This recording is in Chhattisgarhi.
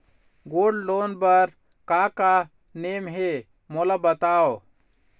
गोल्ड लोन बार का का नेम हे, मोला बताव?